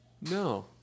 No